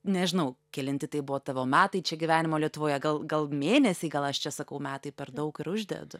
nežinau kelinti tai buvo tavo metai čia gyvenimo lietuvoje gal gal mėnesiai gal aš čia sakau metai per daug ir uždedu